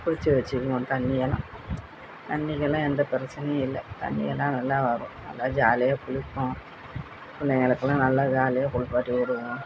பிடிச்சி வச்சிக்குவோம் தண்ணியெல்லாம் தண்ணிக்கெல்லாம் எந்த பிரச்சனையும் இல்லை தண்ணியெல்லாம் நல்லா வரும் நல்லா ஜாலியாக குளிப்போம் பிள்ளைங்களுக்கெல்லாம் நல்ல ஜாலியாக குளிப்பாட்டி விடுவோம்